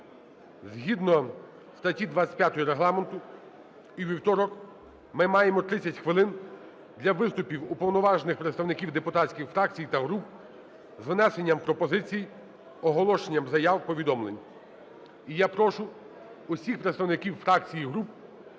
згідно статті 25 Регламенту у вівторок ми маємо 30 хвилин для виступів уповноважених представників депутатський фракцій і груп з внесенням пропозицій, оголошенням заяв, повідомлень. І я прошу всіх представників фракцій і груп